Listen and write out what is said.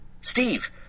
Steve